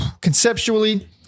conceptually